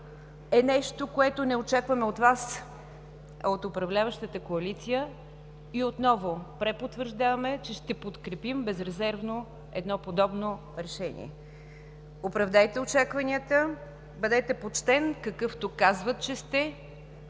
е нещо, което не очакваме от Вас, а от управляващата коалиция. И отново препотвърждаваме, че ще подкрепим безрезервно едно подобно решение. Оправдайте очакванията! Бъдете почтен, какъвто казват, че сте!